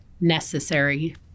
necessary